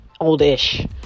Oldish